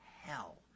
hell